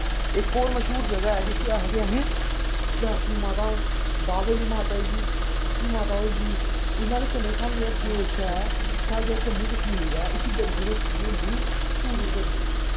इक होर मश्हूर जगह ऐ जिस्सी आखदे अस बैश्नो माता बाह्वे आह्ली माता होई गेई चिची माता होई गेई इ'यां गै कन्नै साढ़ा जेह्ड़ा देश ऐ सब किश जम्मू कश्मीर ऐ इत्थै बड़ा बड़ोतरी होंदी टूरिज़म दी